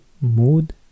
Mood